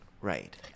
Right